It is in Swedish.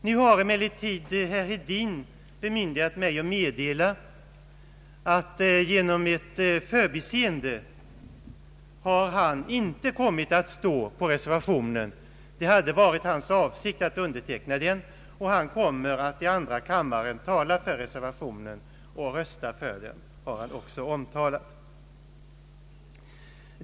Nu har emellertid herr Hedin bemyndigat mig att meddela att han genom ett förbiseende inte kommit att stå som reservant. Det hade varit hans avsikt att underteckna reservationen, och han kommer att i andra kammaren tala för den och rösta för den.